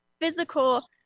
physical